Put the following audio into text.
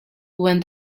when